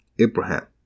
Abraham